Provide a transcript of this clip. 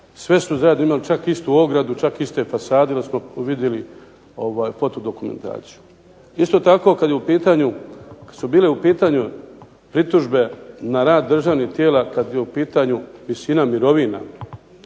sve su zajedno imali, čak istu ogradu, čak iste fasade, i onda smo vidjeli foto dokumentaciju. Isto tako kad su bile u pitanju pritužbe na rad državnih tijela, kad je u pitanju visina mirovina,